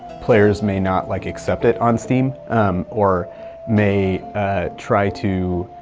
player may not, like, accept it on steam or may try to